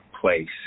place